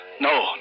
no